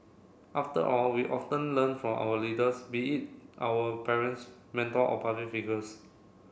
after all we often learn from our leaders be it our parents mentor or public figures